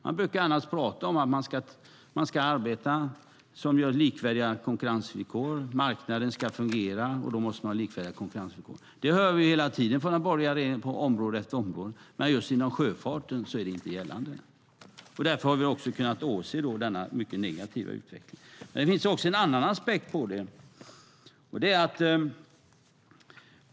Man brukar annars prata om att marknaden ska fungera, och då måste man ha likvärdiga konkurrensvillkor. Det hör vi hela tiden från den borgerliga regeringen på område efter område, men just inom sjöfarten är det inte gällande. Därför har vi också kunnat åse denna mycket negativa utveckling. Det finns också en annan aspekt på detta.